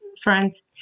friends